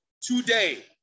today